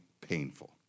painful